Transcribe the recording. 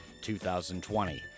2020